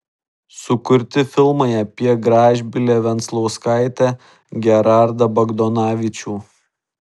sukurti filmai apie gražbylę venclauskaitę gerardą bagdonavičių